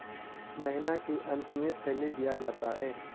महीना के अंत में सैलरी दिया जाता है